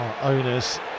Owners